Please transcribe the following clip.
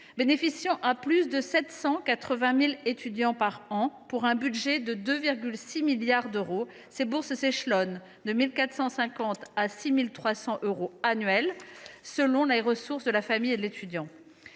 Bénéficiant à plus de 780 000 étudiants par an, pour un budget de 2,6 milliards d’euros, ces bourses s’échelonnent de 1 450 euros à 6 300 euros annuels selon les ressources de la famille. Leur gestion